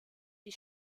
die